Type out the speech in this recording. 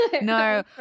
no